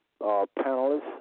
panelists